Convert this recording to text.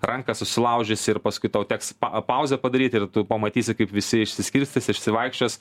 ranką susilaužysi ir paskui tau teks pa pauzę padaryt ir tu pamatysi kaip visi išsiskirstys išsivaikščios